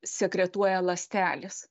sekretuoja ląstelės